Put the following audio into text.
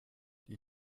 die